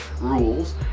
rules